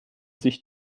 sich